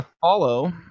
follow